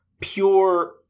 pure